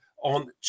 on